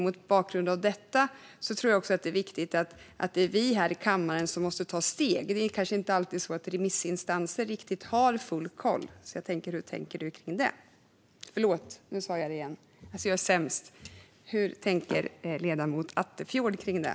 Mot bakgrund av detta är det viktigt att riksdagen tar steget, för remissinstanserna har kanske inte alltid full koll. Hur tänker ledamoten Attefjord kring det?